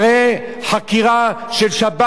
ואני אומר לכם: שב"כ צריך להיכנס פה,